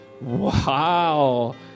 Wow